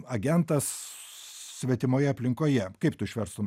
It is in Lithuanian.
agentas svetimoje aplinkoje kaip tu išverstum